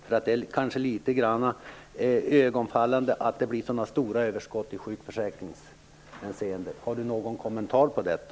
Det är kanske litet grand iögonfallande att det blir så stora överskott i sjukförsäkringen. Har Siw Wittgren Ahl någon kommentar till detta?